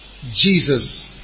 Jesus